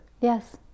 yes